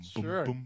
Sure